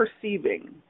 perceiving